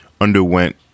underwent